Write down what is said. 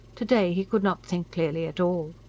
to-day he could not think clearly at all.